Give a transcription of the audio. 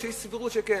כי יש סבירות שכן.